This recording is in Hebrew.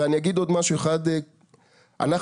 אנחנו